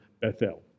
Bethel